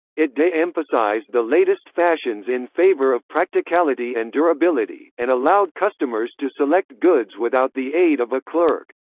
it de-emphasized the latest fashions in favor of practicality and durability, and allowed customers to select goods without the aid of a clerk.